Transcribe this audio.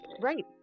right